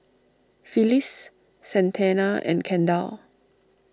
Phyllis Santana and Kendall